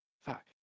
Fuck